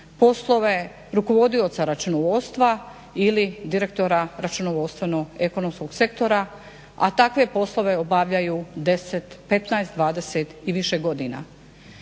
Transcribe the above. poslove rukovodioca računovodstva ili direktora računovodstveno-ekonomskog sektora, a takve poslove obavljaju 10, 15, 20 i više godina.